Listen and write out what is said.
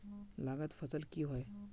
लागत फसल की होय?